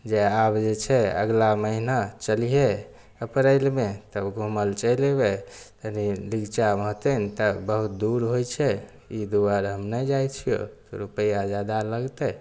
जे आब जे छै अगला महिना चलिहे अप्रैलमे तब घूमल चलि अयबै तनी तब बहुत दूर होइ छै ई दुआरे हम नहि जाइ छियौ तऽ रुपैआ जादा लगतै